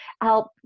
help